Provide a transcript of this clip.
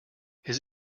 his